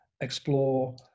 explore